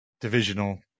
Divisional